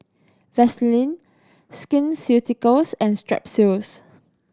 Vaselin Skin Ceuticals and Strepsils